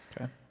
Okay